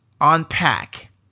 unpack